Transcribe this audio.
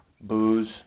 booze